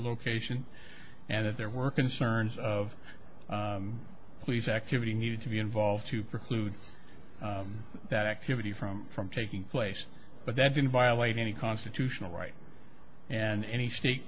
location and that there were concerns of police activity needed to be involved to preclude that activity from from taking place but that didn't violate any constitutional rights and any state